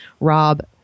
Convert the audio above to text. Rob